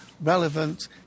relevant